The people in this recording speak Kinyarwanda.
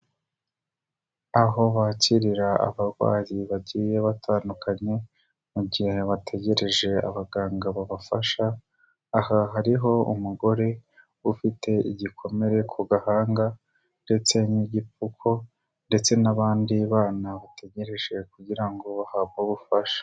Aho bakirira abarwayi bagiye batandukanye, mu gihe bategereje abaganga babafasha, aha hariho umugore ufite igikomere ku gahanga, ndetse n'igipfuko ndetse n'abandi bana bategereje kugira ngo bahabwe ubufasha.